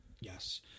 Yes